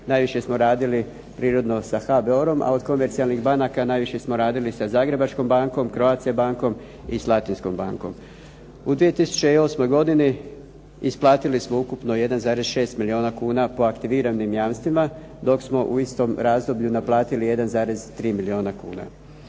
najviše smo radili prirodno sa HABOR-om a od komercijalnih banaka najviše smo radili sa Zagrebačkom bankom, Croatia bankom i Slatinskom bankom. U 2008. godini isplatili smo ukupno 1,6 milijuna kuna po aktiviranim jamstvima dok smo u istom razdoblju naplatili 1,3 milijuna kuna.